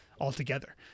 altogether